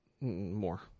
More